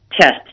test